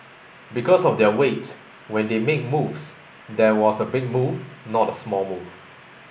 because of their weight when they make moves there was a big move not a small move